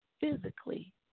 physically